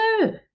no